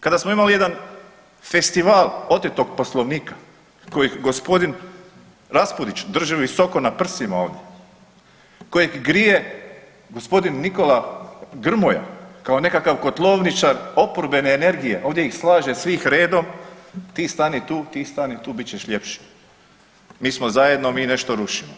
Kada samo imali jedan festival otetog Poslovnika koji gospodin Raspudić drži visoko na prsima ovdje, kojeg grije gospodin Nikola Grmoja kao nekakav kotlovničar oporbene energije ovdje ih slaže sve redom, ti stani tu, ti stani tu bit ćeš ljepši, mi smo zajedno, mi nešto rušimo.